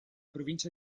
provincia